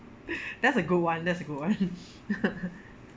that's a good [one] that's a good [one]